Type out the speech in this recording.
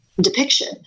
depiction